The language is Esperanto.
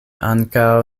ankaŭ